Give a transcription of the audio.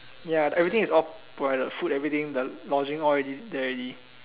ya everything is all provided food everything the lodging all already there already